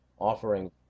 offering